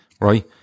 right